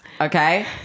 Okay